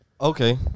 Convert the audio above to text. Okay